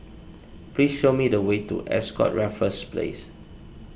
please show me the way to Ascott Raffles Place